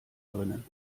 drinnen